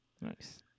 Nice